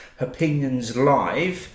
#OpinionsLive